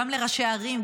גם לראשי ערים,